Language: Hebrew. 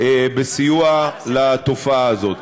בסיוע לתופעה הזאת.